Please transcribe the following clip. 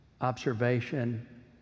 observation